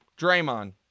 Draymond